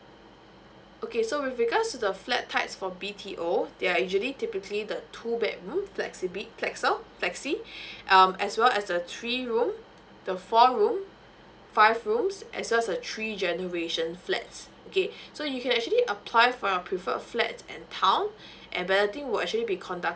okay so with regards to the flat types for B_T_O there are usually typically the two bedroom flexibly flexil~ flexi um as well as the three room the four room five rooms as well as a three generation flats okay so you can actually apply for your prefer flats and town and by the thing will actually be conducted